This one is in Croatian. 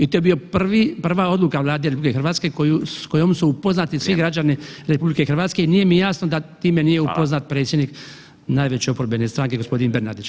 I to je bio prvi, prva odluka Vlade RH s kojom su upoznati svi građani [[Upadica: Vrijeme.]] RH i nije mi jasno da time nije upoznat predsjednik najveće oporbene stranke gospodin Bernardić.